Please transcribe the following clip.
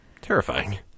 Terrifying